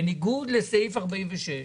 בניגוד לסעיף 46,